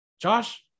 josh